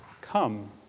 come